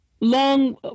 long